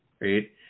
right